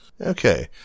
Okay